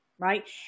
right